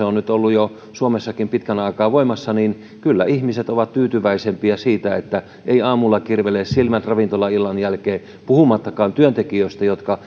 on nyt ollut jo suomessakin pitkän aikaa voimassa niin kyllä ihmiset ovat tyytyväisempiä siitä että eivät aamulla kirvele silmät ravintolaillan jälkeen puhumattakaan työntekijöistä jotka